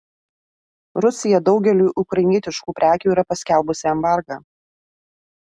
rusija daugeliui ukrainietiškų prekių yra paskelbusi embargą